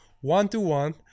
one-to-one